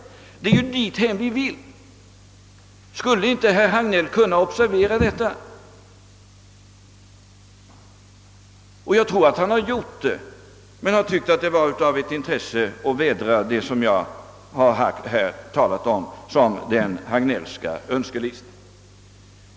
Det är ju dithän vi vill nå. Kan herr Hagnell inte acceptera det? Jag tror att han har gjort det, men att han tyckt det vara av intresse att få vädra vad jag här kallat för den Hagnellska önskelistan.